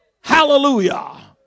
Hallelujah